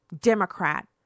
Democrat